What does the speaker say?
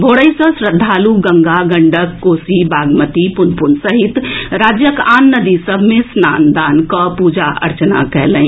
भोरहि सँ श्रद्धालु गंगा गंडक कोसी बागमती पुनपुन सहित राज्यक आन नदी सभ मे स्नान दान कऽ पूजा अर्चना कएलनि